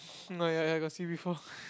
ya ya I got see before